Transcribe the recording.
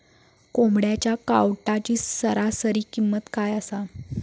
कोंबड्यांच्या कावटाची सरासरी किंमत काय असा?